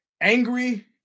Angry